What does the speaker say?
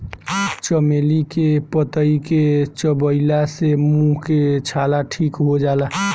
चमेली के पतइ के चबइला से मुंह के छाला ठीक हो जाला